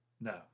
No